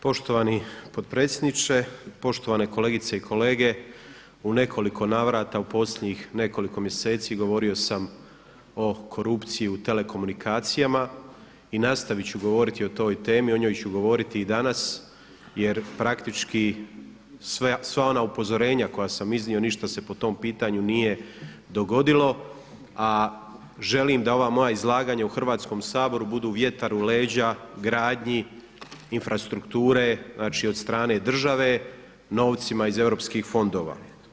Poštovani potpredsjedniče, poštovane kolegice i kolege u nekoliko navrata u posljednjih nekoliko mjeseci govorio sam o korupciji u telekomunikacijama i nastavit ću govoriti i danas jer praktički sva ona upozorenja koja sam iznio ništa se po tom pitanju nije dogodilo, a želim da ova moja izlaganja u Hrvatskom saboru budu vjetar u leđa gradnji infrastrukture, znači od strane države novcima iz EU fondova.